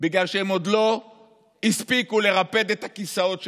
בגלל שהם עוד לא הספיקו לרפד את הכיסאות שלהם,